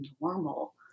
normal